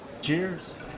Cheers